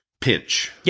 pinch